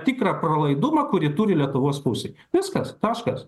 tikrą pralaidumą kurį turi lietuvos pusėj viskas taškas